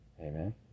Amen